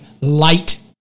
light